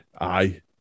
Aye